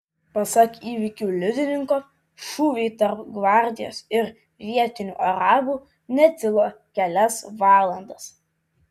pasak įvykių liudininko šūviai tarp gvardijos ir vietinių arabų netilo kelias valandas